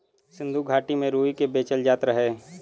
सिन्धु घाटी में रुई के बेचल जात रहे